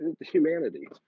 humanity